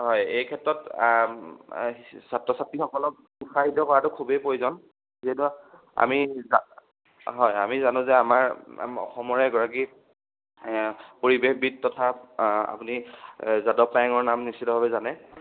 হয় এই ক্ষেত্ৰত ছাত্ৰ ছাত্ৰীসকলক উৎসাহিত কৰাটো খুবেই প্ৰয়োজন যিহেতু আমি জা হয় আমি জানো যে আমাৰ অসমৰে এগৰাকী পৰিৱেশবিদ তথা আপুনি যাদৱ পায়েঙৰ নাম নিশ্চিতভাৱে জানে